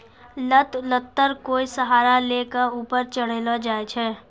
लत लत्तर कोय सहारा लै कॅ ऊपर चढ़ैलो जाय छै